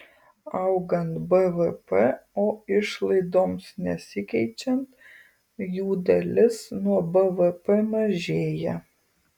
augant bvp o išlaidoms nesikeičiant jų dalis nuo bvp mažėja